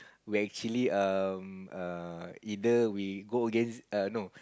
we are actually um err either we go against err no